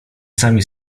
sami